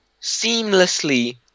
seamlessly